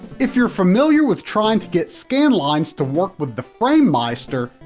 if you're familiar with trying to get scanlines to work with the framemeister,